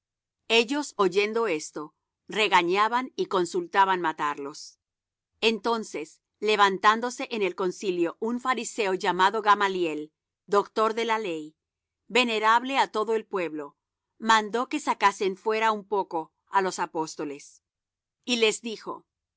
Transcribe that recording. ellos oyendo esto regañaban y consultaban matarlos entonces levantándose en el concilio un fariseo llamado gamaliel doctor de la ley venerable á todo el pueblo mandó que sacasen fuera un poco á los apóstoles y les dijo